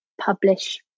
publish